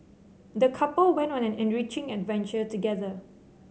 the couple went on an enriching adventure together